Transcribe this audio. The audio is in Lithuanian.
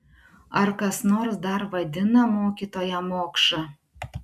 ar kas nors dar vadina mokytoją mokša